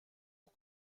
aux